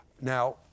Now